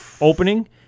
opening